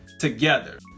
together